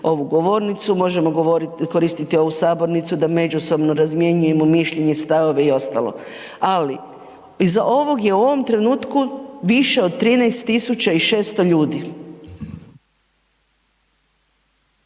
ovu govornicu, možemo koristiti ovu sabornicu da međusobno razmjenjujemo mišljenje, stavove i ostalo. Ali iza ovog je u ovom trenutku više od 13600 ljudi.